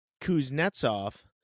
Kuznetsov